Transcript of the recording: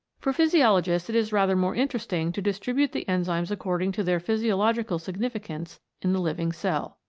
for physiologists it is rather more interesting to distribute the enzymes according to their physio logical significance in the living cell.